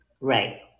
Right